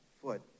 foot